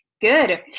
Good